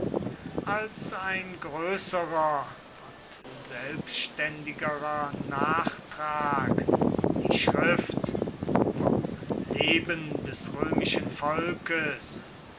als ein größerer und selbständigerer nachtrag die schrift vom leben des römischen volkes